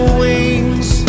wings